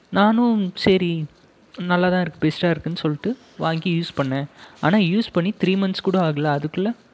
நானும் சரி நல்லாதான் இருக்குது பெஸ்ட்டாக இருக்குதுனு சொல்லிட்டு வாங்கி யூஸ் பண்ணிணேன் ஆனால் யூஸ் பண்ணி த்ரீ மந்த்ஸ் கூட ஆகலை அதுக்குள்ளே